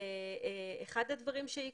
אחד הדברים שיקרו,